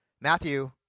Matthew